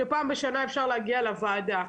פעם בשנה אפשר להגיע לוועדה.